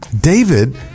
David